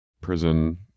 prison